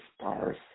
stars